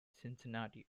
cincinnati